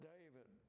David